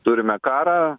turime karą